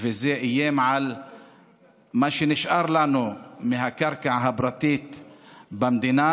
וזה איים על מה שנשאר לנו מהקרקע הפרטית במדינה.